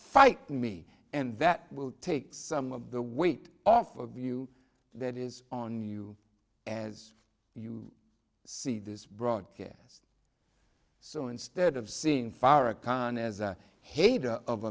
fight me and that will take some of the weight off of you that is on you as you see this broadcast so instead of seeing farrakhan as a hater of